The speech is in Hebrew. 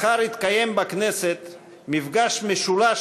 מחר יתקיים בכנסת מפגש משולש,